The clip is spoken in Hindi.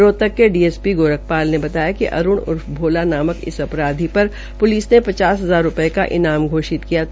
रोहतक के डीएसपी गोरख पाल ने बताया कि अरूण उर्फ भोला नामक इस अपराधी पर प्लिस ने पचास हजार रूपये का ईनाम घोषित किया था